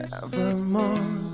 evermore